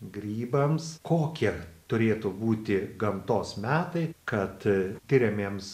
grybams kokie turėtų būti gamtos metai kad a tiriamiems